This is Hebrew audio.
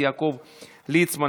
יעקב ליצמן,